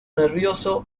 nervioso